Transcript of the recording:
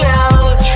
out